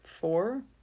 Four